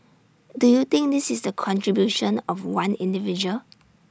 do you think this is the contribution of one individual